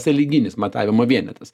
sąlyginis matavimo vienetas